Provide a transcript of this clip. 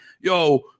yo